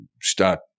start